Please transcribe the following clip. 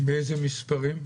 באיזה מספרים?